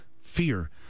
fear